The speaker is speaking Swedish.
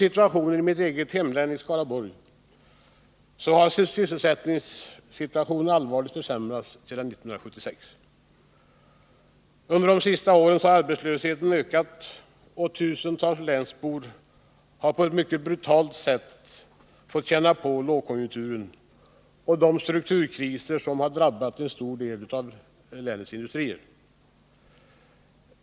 I mitt eget hemlän Skaraborg har sysselsättningssituationen allvarligt försämrats sedan 1976. Under de senaste åren har arbetslösheten ökat, och tusentals länsbor har på ett mycket brutalt sätt fått känna på lågkonjunkturen och de strukturkriser som har drabbat en stor del av länets industrier.